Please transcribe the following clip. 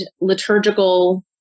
liturgical